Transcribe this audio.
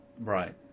Right